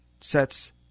sets